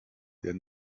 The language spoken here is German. der